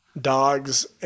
Dogs